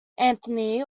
anthony